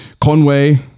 Conway